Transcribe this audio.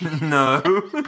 No